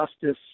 justice